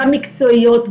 גם מקצועיות,